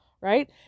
right